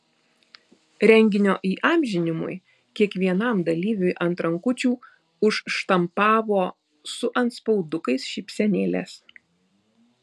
renginio įamžinimui kiekvienam dalyviui ant rankučių užštampavo su antspaudukais šypsenėles